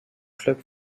club